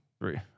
Three